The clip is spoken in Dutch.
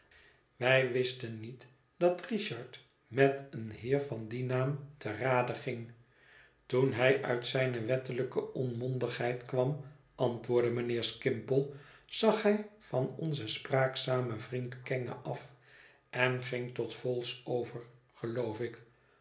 wij wisten niet zeiden wij dat richard met een heer van dien naam te rade ging toen hij uit zijne wettelijke onmondigheid kwam antwoordde mijnheer skimpole zag hij van onzen spraakzamen vriend kenge af en ging tot vholes over geloof ik